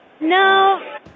No